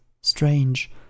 strange